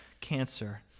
cancer